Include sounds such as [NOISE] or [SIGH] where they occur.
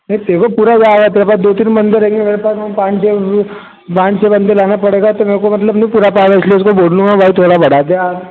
नहीं पेमेंट पूरा हो जाएगा [UNINTELLIGIBLE] दो तीन बंदे रहेगें मेरे पास में पान छः पान छः बंदे लाना पड़ेगा तो मेरे को मतलब [UNINTELLIGIBLE] इसलिए उसको बोल दूंगा भाई थोड़ा [UNINTELLIGIBLE]